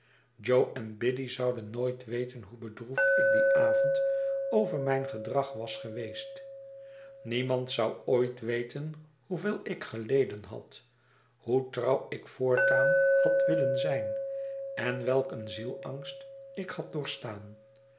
jo en biddy zouden nooit weten hoe bedroefd ik dien avond over mijn gedrag was geweest niemand zou ooit weten hoeveel ik geleden had hoe trouw ik voortaan had willen zijn en welk een zielsangst ik had doorgestaan